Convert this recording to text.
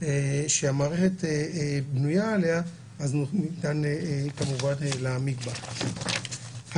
שהמערכת בנויה עליהם אז ניתן כמובן להעמיק בכך.